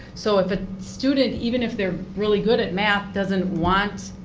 so if the student, even if they're really good at math, doesn't want,